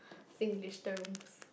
Singlish terms